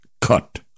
cut